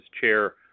chair